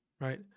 Right